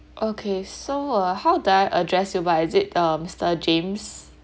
okay so uh how do I address you by is it uh mister james